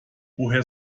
woher